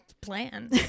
plan